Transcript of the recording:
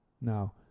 Now